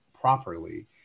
properly